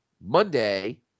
Monday